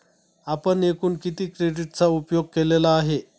आपण एकूण किती क्रेडिटचा उपयोग केलेला आहे?